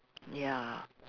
ya